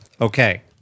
Okay